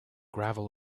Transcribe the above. gravel